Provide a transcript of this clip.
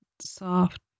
soft